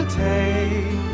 take